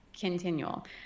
continual